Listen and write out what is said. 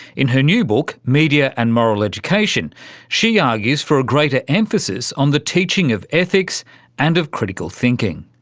in her new book media and moral education she argues for a greater emphasis on the teaching of ethics and of critical thinking.